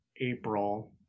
April